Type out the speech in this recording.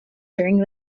during